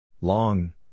Long